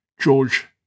George